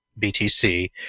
BTC